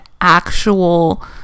actual